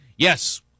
Yes